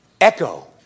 echo